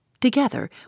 Together